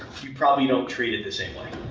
you probably don't treat it the same way.